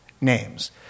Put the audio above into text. names